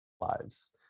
lives